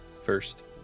first